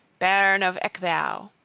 bairn of ecgtheow